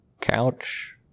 couch